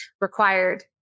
required